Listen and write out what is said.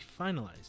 finalized